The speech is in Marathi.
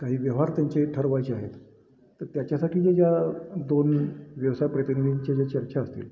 काही व्यवहार त्यांचे ठरवायचे आहेत तर त्याच्यासाठी जे ज्या दोन व्यवसाय प्रतिनिंधींचे ज्या चर्चा असतील